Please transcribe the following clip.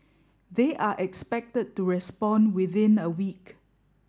they are expected to respond within a week